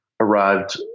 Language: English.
arrived